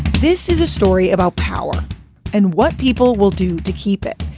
this is a story about power and what people will do to keep it.